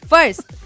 First